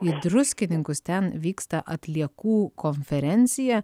į druskininkus ten vyksta atliekų konferencija